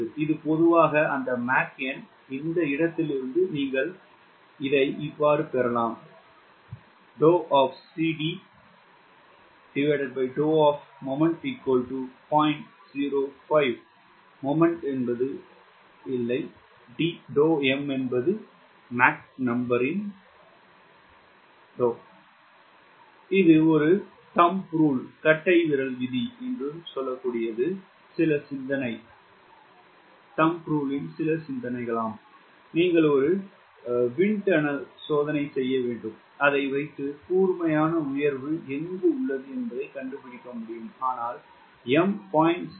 இது பொதுவாக அந்த மாக் எண் இந்த இடத்திலிருந்து நீங்கள் பெறலாம் இது ஒரு கட்டைவிரல் விதியின் சில சிந்தனை நீங்கள் ஒரு விண்ட் துண்ணேல் சோதனை செய்ய வேண்டும் அதை வைத்து கூர்மையான உயர்வு எங்குள்ளது என்பதைக் கண்டுபிடிக்க முடியும் ஆனால் M 0